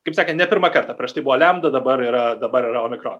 kaip sakant ne pirmą kartą prieš tai buvo liamda dabar yra dabar yra omikron